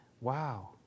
wow